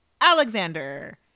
alexander